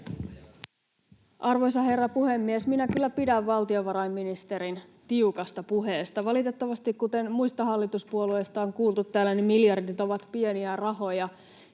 Arvoisa herra puhemies! Minä kyllä pidän valtiovarainministerin tiukasta puheesta. Valitettavasti, kuten muista hallituspuolueista on kuultu, täällä ne miljardit ovat pieniä rahoja,